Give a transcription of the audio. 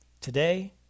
Today